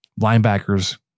linebackers